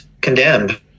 condemned